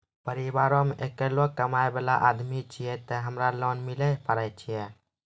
परिवारों मे अकेलो कमाई वाला आदमी छियै ते हमरा लोन मिले पारे छियै?